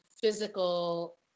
physical